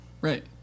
right